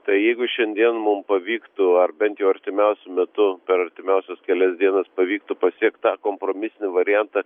tai jeigu šiandien mum pavyktų ar bent jau artimiausiu metu per artimiausias kelias dienas pavyktų pasiekt tą kompromisinį variantą